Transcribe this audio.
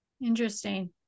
Interesting